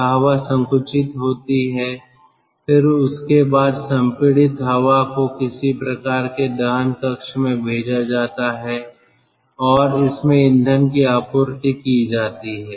तो हवा संकुचित होती है फिर उसके बाद संपीड़ित हवा को किसी प्रकार के दहन कक्ष में भेजा जाता है और इसमें ईंधन की आपूर्ति की जाती है